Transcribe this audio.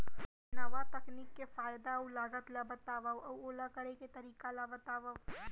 नवा तकनीक के फायदा अऊ लागत ला बतावव अऊ ओला करे के तरीका ला बतावव?